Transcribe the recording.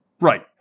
Right